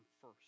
first